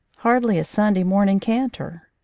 hardly a sun day morning canter!